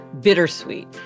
Bittersweet